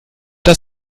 das